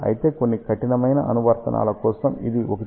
అయితే కొన్ని కఠినమైన అనువర్తనాల కోసం ఇది 1